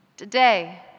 Today